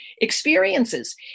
experiences